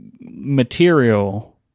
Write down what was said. Material